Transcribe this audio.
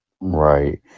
Right